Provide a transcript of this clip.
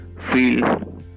feel